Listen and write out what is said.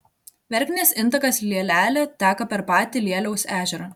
verknės intakas lielelė teka per patį lieliaus ežerą